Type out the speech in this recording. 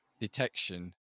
detection